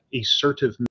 assertive